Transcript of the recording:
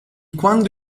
quando